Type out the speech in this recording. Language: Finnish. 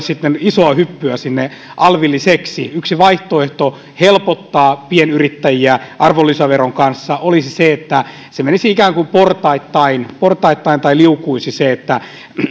sitten iso hyppy sinne alvilliseksi yksi vaihtoehto helpottaa pienyrittäjiä arvonlisäveron kanssa olisi se että se menisi ikään kuin portaittain portaittain tai liukuisi niin että